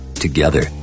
Together